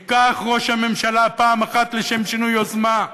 ייקח ראש הממשלה פעם אחת לשם שינוי יוזמה,